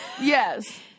Yes